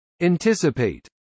Anticipate